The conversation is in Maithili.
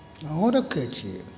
अहूँ रखै छियै